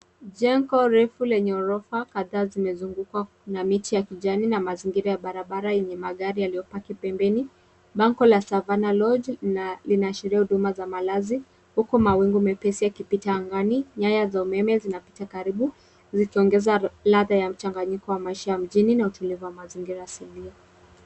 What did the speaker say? Jengo refu lenye ghorofa kadhaa zimezungukwa na miti ya kijani na mazingira ya barabara yenye magari yaliyo park pembeni. Bango la savanna lodge na linaashiria huduma za malazi huku mawingu mepesi yakipita angani. Nyaya za umeme zinapita karibu zikiongeza ladha ya mchanganyiko wa maisha ya mjini na utulivu wa mazingira asilia.